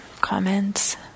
comments